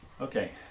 Okay